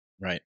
right